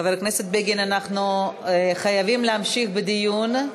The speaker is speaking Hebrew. חבר הכנסת בגין, אנחנו חייבים להמשיך בדיון.